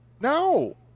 no